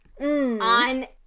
on